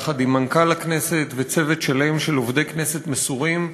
יחד עם מנכ"ל הכנסת וצוות שלם של עובדי כנסת מסורים,